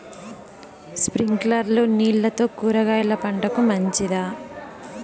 స్ప్రింక్లర్లు నీళ్లతో కూరగాయల పంటకు మంచిదా?